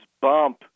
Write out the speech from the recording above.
bump